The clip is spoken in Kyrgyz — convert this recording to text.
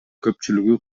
көпчүлүгү